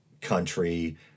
country